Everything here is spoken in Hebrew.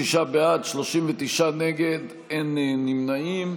66 בעד, 39 נגד, אין נמנעים.